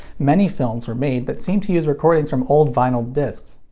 many films were made that seem to use recordings from old vinyl discs.